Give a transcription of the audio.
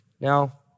Now